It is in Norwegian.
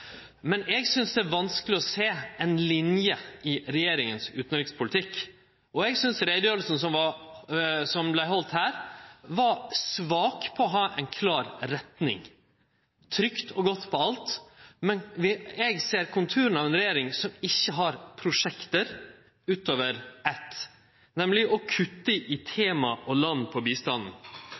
Men eg synest det er vanskeleg å sjå ei linje i utanrikspolitikken til regjeringa. Eg synest utgreiinga som vart halde her, var svak med omsyn til å ha ei klar retning. Det var trygt og godt på alt, men eg ser konturane av ei regjering som ikkje har prosjekt utover eitt: nemleg å kutte i tema og land på bistanden.